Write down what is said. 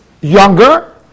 younger